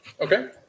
Okay